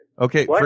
Okay